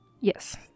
Yes